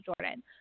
Jordan